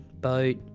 boat